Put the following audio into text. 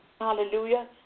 Hallelujah